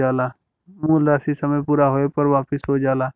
मूल राशी समय पूरा होये पर वापिस हो जाला